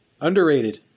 Underrated